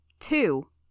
Two